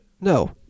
No